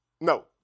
No